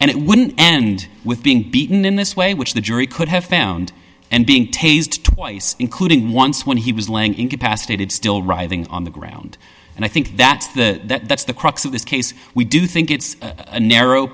and it wouldn't end with being beaten in this way which the jury could have found and being tasered twice including once when he was laying incapacitated still writhing on the ground and i think that's the that's the crux of this case we do think it's a narrow